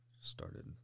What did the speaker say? started